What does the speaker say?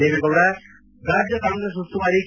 ದೇವೇಗೌಡ ರಾಜ್ಯ ಕಾಂಗ್ರೆಸ್ ಉಸ್ತುವಾರಿ ಕೆ